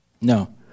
No